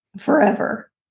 forever